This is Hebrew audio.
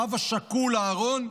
האב השכול אהרן,